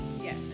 Yes